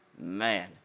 Man